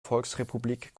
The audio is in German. volksrepublik